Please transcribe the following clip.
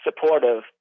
supportive